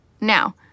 Now